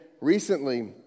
recently